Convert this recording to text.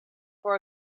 for